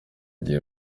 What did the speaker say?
igihe